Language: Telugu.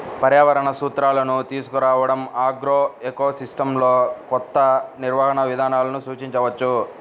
పర్యావరణ సూత్రాలను తీసుకురావడంఆగ్రోఎకోసిస్టమ్లోకొత్త నిర్వహణ విధానాలను సూచించవచ్చు